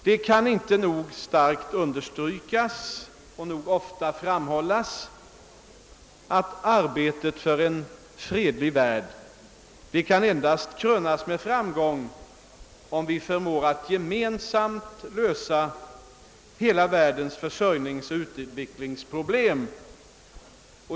Det kan inte nog starkt understrykas och tillräckligt ofta framhållas, att arbetet för en fredlig värld kan krönas med framgång endast om vi förmår att gemensamt lösa hela värl dens försörjningsoch utvecklingsproblem.